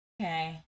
Okay